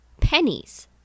pennies